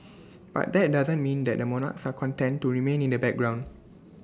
but that doesn't mean that the monarchs are content to remain in the background